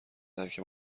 درک